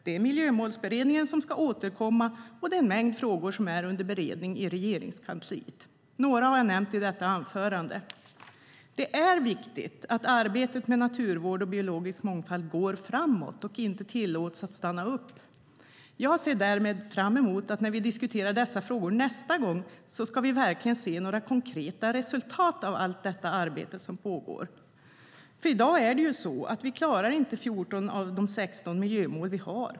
Det är Miljömålsberedningen som ska återkomma, och det är en mängd frågor som är under beredning i Regeringskansliet. Några har jag nämnt i detta anförande. Det är viktigt att arbetet med naturvård och biologisk mångfald går framåt och inte tillåts stanna upp. Jag ser därmed fram emot att vi när vi diskuterar dessa frågor nästa gång verkligen ska se konkreta resultat av allt det arbete som pågår. I dag är det nämligen så att vi inte klarar 14 av de 16 miljömål vi har.